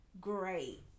Great